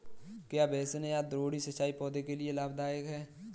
क्या बेसिन या द्रोणी सिंचाई पौधों के लिए लाभदायक है?